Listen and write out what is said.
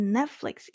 Netflix